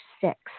six